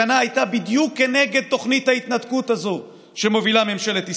ההפגנה הייתה בדיוק כנגד תוכנית ההתנתקות הזאת שמובילה ממשלת ישראל,